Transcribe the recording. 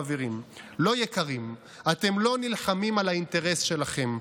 חברים לא יקרים: אתם לא נלחמים על האינטרס שלכם,